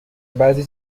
بعضی